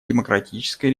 демократической